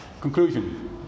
Conclusion